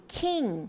king